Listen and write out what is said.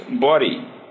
body